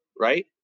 right